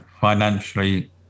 financially